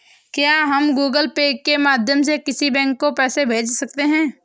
क्या हम Google Pay के माध्यम से किसी बैंक को पैसे भेज सकते हैं?